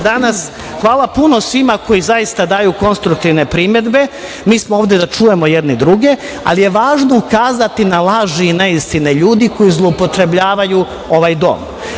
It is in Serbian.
danas. Hvala puno svima koji zaista daju konstruktivne primedbe. Mi smo ovde da čujemo jedni druge, ali je važno ukazati na laži i neistine ljudi koji zloupotrebljavaju ovaj dom,